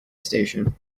station